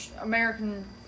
American